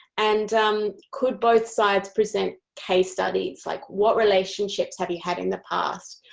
and um could both sides present case studies, like what relationships have you had in the past.